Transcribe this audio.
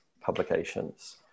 publications